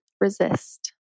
resist